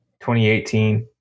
2018